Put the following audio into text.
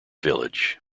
village